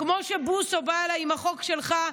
כמו שבוסו בא אליי עם החוק שלך,